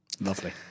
lovely